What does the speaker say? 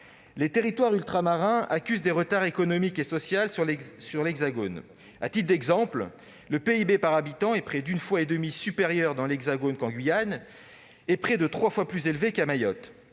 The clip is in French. Les territoires ultramarins accusent des retards sur les plans économique et social. À titre d'exemple, le PIB par habitant est près d'une fois et demie supérieur dans l'Hexagone qu'en Guyane. Il y est près de trois fois plus élevé qu'à Mayotte.